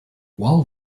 while